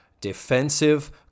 defensive